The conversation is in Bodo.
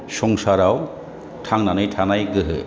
संसाराव थांनानै थानाय गोहो